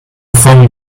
found